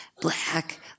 black